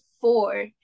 four